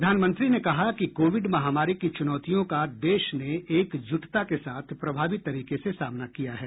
प्रधानमंत्री ने कहा कि कोविड महामारी की चूनौतियों का देश ने एकजूटता के साथ प्रभावी तरीके से सामना किया है